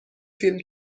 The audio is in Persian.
فیلم